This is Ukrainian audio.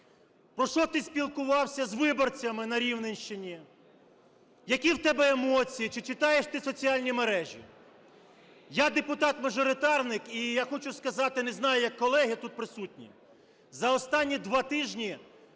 Про що ти спілкувався з виборцями на Рівненщині? Які в тебе емоції? Чи читаєш ти соціальні мережі? Я – депутат-мажоритарник, і я хочу сказати, не знаю, як колеги тут присутні, за останні два тижні